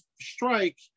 strike